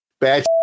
bad